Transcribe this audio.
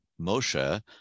Moshe